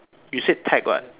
you said tech [what]